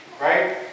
Right